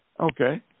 Okay